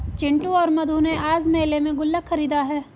चिंटू और मधु ने आज मेले में गुल्लक खरीदा है